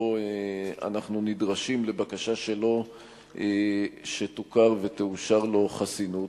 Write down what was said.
שבו אנחנו נדרשים לבקשה שלו שתוכר ותאושר לו חסינות.